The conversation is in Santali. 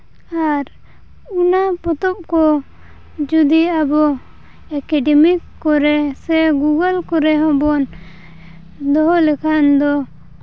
ᱟᱨ ᱚᱱᱟ ᱯᱚᱛᱚᱵ ᱠᱚ ᱡᱩᱫᱤ ᱟᱵᱚ ᱮᱠᱟᱰᱮᱢᱤᱠ ᱠᱚᱨᱮ ᱥᱮ ᱜᱩᱜᱳᱞ ᱠᱚᱨᱮ ᱦᱚᱸᱵᱚᱱ ᱫᱚᱦᱚ ᱞᱮᱠᱷᱟᱱ ᱫᱚ